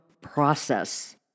process